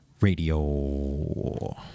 radio